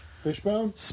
Fishbone